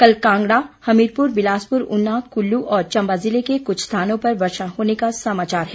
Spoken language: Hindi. कल कांगड़ा हमीरपुर बिलासपुर ऊना कुल्लू और चम्बा ज़िले के कुछ स्थानों पर वर्षा होने का समाचार है